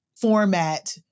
format